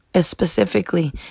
specifically